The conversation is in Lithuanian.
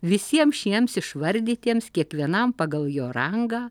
visiems šiems išvardytiems kiekvienam pagal jo rangą